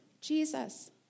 Jesus